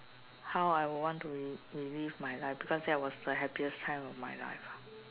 how I would want to relive my life because that was the happiest time of my life